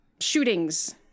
shootings